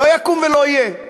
לא יקום ולא יהיה.